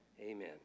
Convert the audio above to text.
Amen